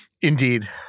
Indeed